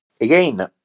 Again